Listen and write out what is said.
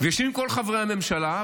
ויושבים כל חברי הממשלה,